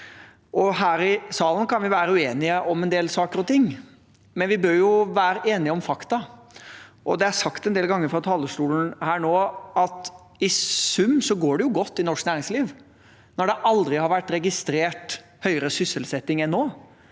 Her i salen kan vi være uenige om en del saker og ting, men vi bør være enige om fakta. Det er sagt en del ganger fra talerstolen her nå at det i sum går godt i norsk næringsliv. Det har aldri vært registrert høyere sysselsetting enn nå.